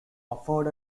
afford